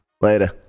Later